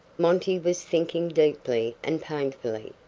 monty was thinking deeply and painfully.